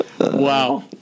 Wow